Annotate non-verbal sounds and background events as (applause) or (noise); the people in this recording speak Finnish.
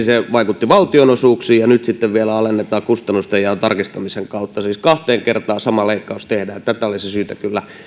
(unintelligible) se vaikutti valtionosuuksiin ja nyt sitten vielä alennetaan kustannustenjaon tarkistamisen kautta siis kahteen kertaan sama leikkaus tehdään olisi kyllä